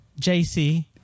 JC